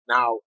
Now